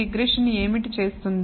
regression ఏమిటి చేస్తుంది